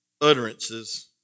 utterances